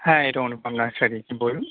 হ্যাঁ এটা অনুপম নার্সারি বলুন